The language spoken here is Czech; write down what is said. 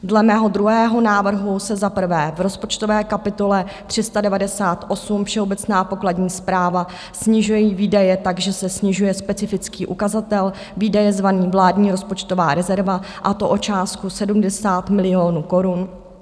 Dle mého druhého návrhu se za prvé v rozpočtové kapitole 398, Všeobecná pokladní správa, snižují výdaje tak, že se snižuje specifický ukazatel Výdaje zvaný Vládní rozpočtová rezerva, a to o částku 70 milionů korun.